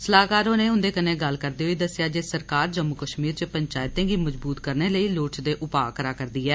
सलाहकार होरें उन्दे कन्नै गल्ल करदे होई दस्सेया जे सरकार जम्मू कश्मीर च पंचायतें गी मज़बूत करने लेई लोड़चदे उपा करा रदी ऐ